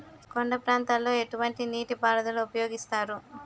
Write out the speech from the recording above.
కొండ ప్రాంతాల్లో ఎటువంటి నీటి పారుదల ఉపయోగిస్తారు?